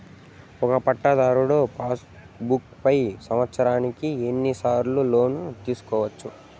ఒక పట్టాధారు passbook పై సంవత్సరానికి ఎన్ని సార్లు లోను తీసుకోవచ్చు?